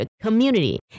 community